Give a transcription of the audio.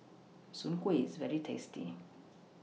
Soon Kuih IS very tasty